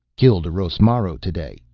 killed a rosmaro today,